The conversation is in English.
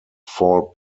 fall